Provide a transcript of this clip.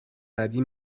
بدی